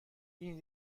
این